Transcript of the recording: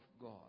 God